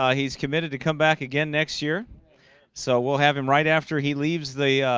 ah he's committed to come back again next year so we'll have him right after he leaves the